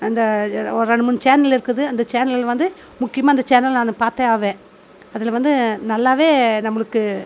அந்த ஒரு ரெண்டு மூணு சேனலுருக்குது அந்த சேனல் வந்து முக்கியமாக அந்த சேனல் நான் பார்த்தே ஆவேன் அதில் வந்து நல்லாவே நம்மளுக்கு